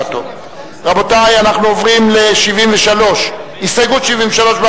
מג'אדלה ושל קבוצת סיעת קדימה,